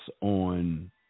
on